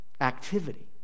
activity